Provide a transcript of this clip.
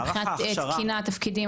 מבחינת תקינה, תפקידים?